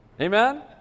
Amen